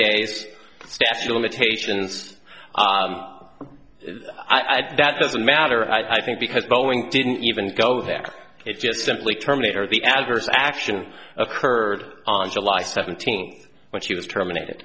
days staff limitations i had that doesn't matter i think because boeing didn't even go there it just simply terminator the adverse action occurred on july seventeenth when she was terminated